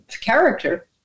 character